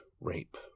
rape